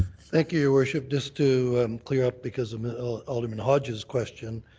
thank you, your worship. just to um clear up because of alderman hodges' question,